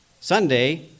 Sunday